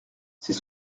c’est